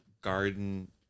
garden